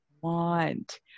want